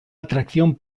atracción